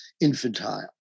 infantile